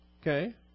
Okay